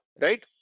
right